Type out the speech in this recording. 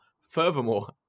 furthermore